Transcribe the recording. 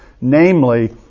Namely